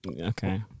okay